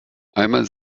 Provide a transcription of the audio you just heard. einmal